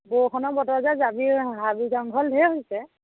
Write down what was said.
বৰষুণৰ বতৰ যে জাবি হাবি জংঘল ঢেৰ হৈছে